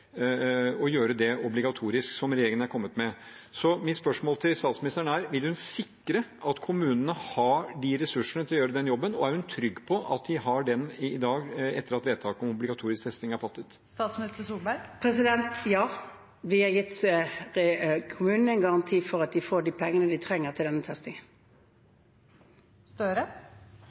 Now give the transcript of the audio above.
og gjøre det obligatorisk, som regjeringen har kommet med. Så mitt spørsmål til statsministeren er: Vil hun sikre at kommunene har ressursene til å gjøre den jobben, og er hun trygg på at de har det i dag etter at vedtaket om obligatorisk testing er fattet? Ja, vi har gitt kommunene en garanti for at de får de pengene de trenger til denne testingen.